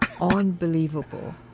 unbelievable